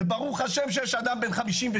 וברוך השם שיש אדם בן 52